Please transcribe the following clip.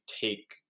take